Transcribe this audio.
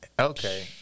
okay